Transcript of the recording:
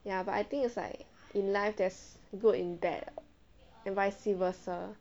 ya but I think it's like in life there's good in bad and vice versa